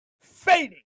fading